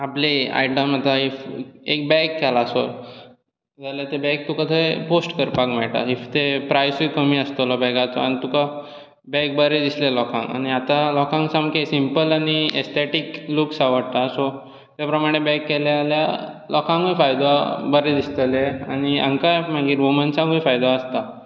आपली आयटम आतां एक बॅग केला असो जाल्यार तें बॅग तुका थंय पोस्ट करपाक मेळटा आनी इफ ते प्रायसूय कमी आसतलो बॅगाचो तुका बॅग बरें दिसलें लोकांक आनी आतां लोकांक सामकें सिम्पल आनी एस्थेथीक लुक्स आवडटात सो त्या प्रमाणे बॅग केलें जाल्यार लोकांकूय फायदो बरें दिसतलें आनी हांकांय मागीर वुमन्सांकूय फायदो जाता